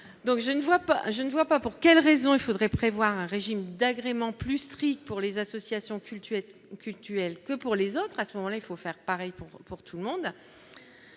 pas, je ne vois pas pour quelle raison il faudrait prévoir un régime d'agrément plus strictes pour les associations cultuelles cultuel que pour les autres, à ce moment-là, il faut faire pareil pour, pour tout le monde,